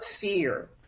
fear